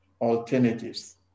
alternatives